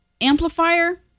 amplifier